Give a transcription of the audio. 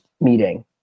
meeting